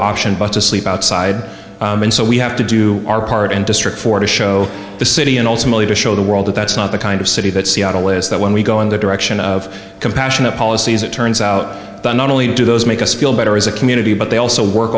option but to sleep outside and so we have to do our part and district four to show the city and ultimately to show the world that that's not the kind of city that seattle is that when we go in the direction of compassionate policies it turns out that not only do those make us feel better as a community but they also work